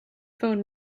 phone